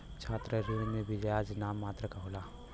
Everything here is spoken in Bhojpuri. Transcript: छात्र ऋण पे बियाज नाम मात्र क होला